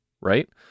right